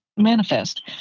manifest